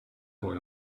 boy